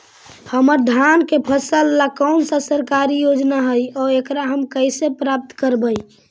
हमर धान के फ़सल ला कौन सा सरकारी योजना हई और एकरा हम कैसे प्राप्त करबई?